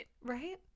Right